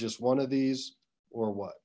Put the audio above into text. just one of these or what